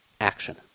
action